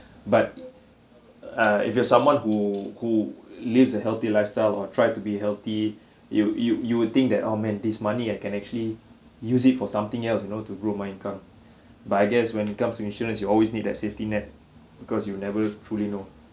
but uh if you are someone who who lives a healthy lifestyle or tried to be healthy you you you would think that oh man this money I can actually use it for something else you know to grow my income but I guess when it comes to insurance you always need that safety net because you never truly know